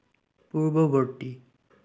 পূৰ্বৱৰ্তী